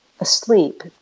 asleep